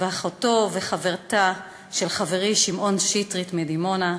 ואחותו וחברתה של חברי שמעון שטרית מדימונה,